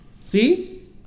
See